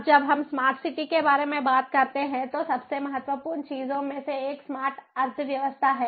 अब जब हम स्मार्ट सिटी के बारे में बात करते हैं तो सबसे महत्वपूर्ण चीजों में से एक स्मार्ट अर्थव्यवस्था है